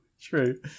true